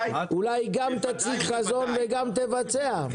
אולי היא גם תציב חזון וגם תבצע.